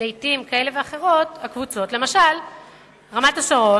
לעתים קבוצות כאלה ואחרות, למשל רמת-השרון,